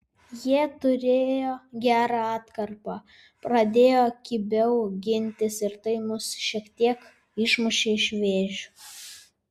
jie turėjo gerą atkarpą pradėjo kibiau gintis ir tai mus šiek tiek išmušė iš vėžių